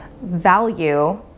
value